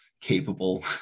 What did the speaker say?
capable